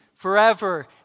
forever